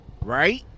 Right